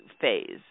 phase